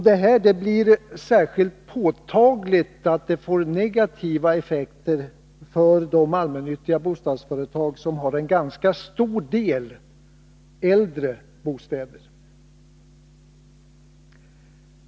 Det är särskilt påtagligt att detta får negativa effekter för de allmännyttiga bostadsföretag som har en ganska stor del äldre bostäder.